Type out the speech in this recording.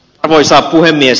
arvoisa puhemies